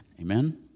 Amen